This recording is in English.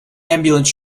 ambulance